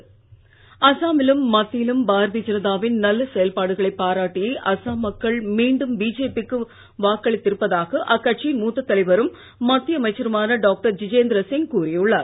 அஸ்ஸாம்கருத்து அஸ்ஸாமிலும்மத்தியிலும்பாரதீயஜனதாவின்நல்லசெயல்பாடுகளை பாராட்டியேஅஸ்ஸாம்மக்கள்மீண்டும்பிஜேபிக்குவாக்களித்துஇருப்பதாக அக்கட்சியின்மூத்ததலைவரும்மத்தியஅமைச்சருமானடாக்டர்ஜிதேந்திரசி ங்கூறியுள்ளார்